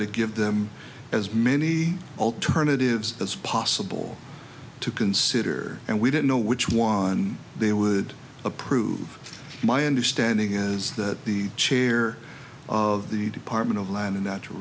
to give them as many alternatives as possible to consider and we don't know which one they would approve my understanding is that the chair of the department of land and natural